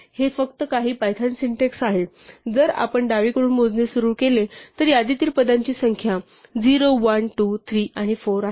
हे फक्त काही पायथन सिंटेक्स आहे जर आपण डावीकडून मोजणे सुरू केले तर यादीतील पदांची संख्या 0 1 2 3 आणि 4 आहे